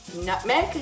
nutmeg